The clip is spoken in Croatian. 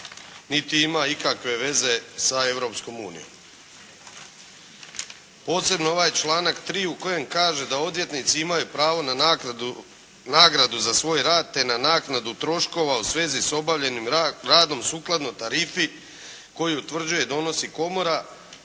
niti ima ikakve veze sa Europskom unijom, posebno ovaj članak 3. u kojem kaže da odvjetnici imaju pravo na nagradu za svoj rad, te na naknadu troškova u svezi s obavljenim radom sukladno tarifi koju utvrđuje i donosi Komora